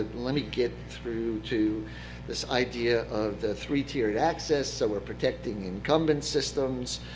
let me get through to this idea of the three-tiered access. so we're protecting incumbent systems,